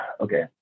Okay